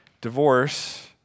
divorce